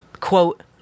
quote